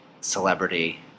celebrity